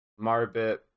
Marbit